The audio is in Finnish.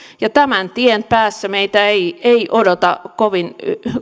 ja tämän tien päässä meitä ei ei odota kovin